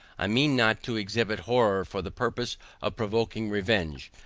i mean not to exhibit horror for the purpose of provoking revenge,